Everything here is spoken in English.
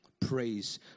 Praise